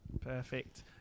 Perfect